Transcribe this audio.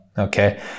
Okay